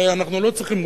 הרי אנחנו לא צריכים,